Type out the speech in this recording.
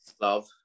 Love